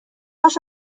همش